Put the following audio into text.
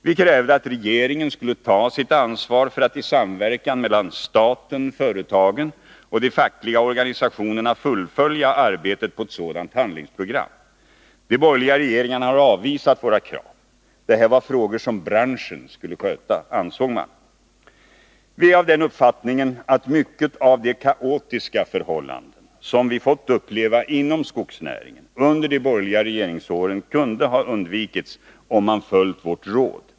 Vi krävde att regeringen skulle ta sitt ansvar för att i samverkan mellan staten, företagen och de fackliga organisationerna fullfölja arbetet på ett sådant handlingsprogram. De borgerliga regeringarna har avvisat våra krav. Det här var frågor som branschen skulle sköta, ansåg man. Vi är av den uppfattningen att många av de kaotiska förhållanden som vi fått uppleva inom skogsnäringen under de borgerliga regeringsåren kunde ha undvikits, om man hade följt vårt råd.